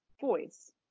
Voice